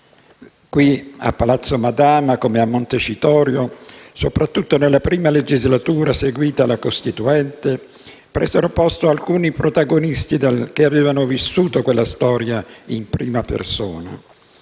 qui, a Palazzo Madama, come a Montecitorio, soprattutto nella I legislatura, seguita alla Costituente, presero posto alcuni protagonisti che avevano vissuto quella storia in prima persona.